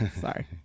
Sorry